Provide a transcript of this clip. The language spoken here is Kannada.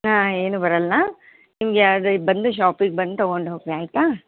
ಹಾಂ ಏನೂ ಬರೋಲ್ಲ ನಿಮಗೆ ಅದು ಬಂದು ಶಾಪಿಗೆ ಬಂದು ತಗೊಂಡು ಹೋಗಿ ರಿ ಆಯಿತಾ